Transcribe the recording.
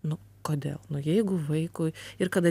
nu kodėl nu jeigu vaikui ir kada